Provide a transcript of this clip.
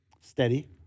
Steady